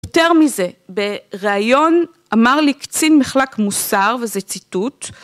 יותר מזה, בראיון, אמר לי קצין מחלק מוסר וזה ציטוט: